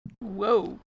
whoa